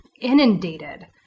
inundated